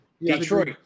Detroit